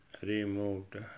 removed